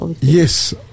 Yes